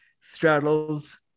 straddles